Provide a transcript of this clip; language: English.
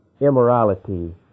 immorality